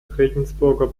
regensburger